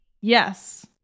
yes